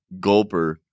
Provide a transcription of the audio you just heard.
gulper